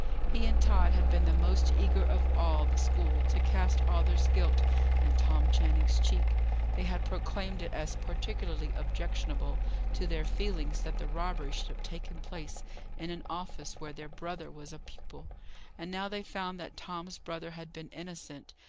he and tod had been the most eager of all the school to cast arthur's guilt in tom channing's cheek they had proclaimed it as particularly objectionable to their feelings that the robbery should have taken place in an office where their brother was a pupil and now they found that tom's brother had been innocent,